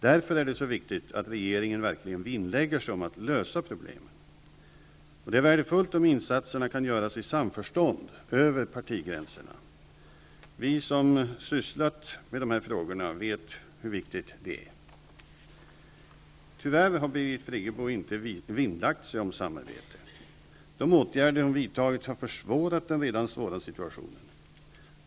Därför är det så viktigt att regeringen verkligen vinnlägger sig om att lösa problemen. Det är värdefullt om insatserna kan göras i samförstånd över partigränserna. Vi som har sysslat med dessa frågor vet hur viktigt detta är. Tyvärr har Birgit Friggebo inte vinnlagt sig om samarbete. De åtgärder hon vidtagit har försvårat den redan svåra situationen.